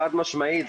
חד משמעית,